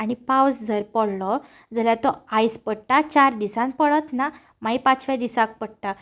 आनी पावस जर पडलो जाल्यार तो आयज पडटा आनी चार दिसान पडच ना मागीर पांचव्या दिसाक पडटा